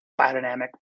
biodynamic